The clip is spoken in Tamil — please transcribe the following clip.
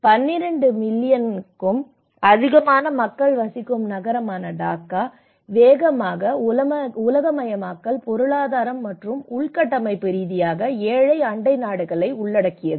12 மில்லியனுக்கும் அதிகமான மக்கள் வசிக்கும் நகரமான டாக்கா வேகமாக உலகமயமாக்கல் பொருளாதாரம் மற்றும் உள்கட்டமைப்பு ரீதியாக ஏழை அண்டை நாடுகளை உள்ளடக்கியது